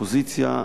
באופוזיציה,